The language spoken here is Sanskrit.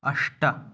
अष्ट